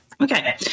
Okay